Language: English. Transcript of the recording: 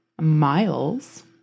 miles